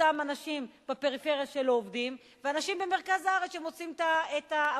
אותם אנשים בפריפריה שלא עובדים ואנשים במרכז הארץ שמוצאים עבודה.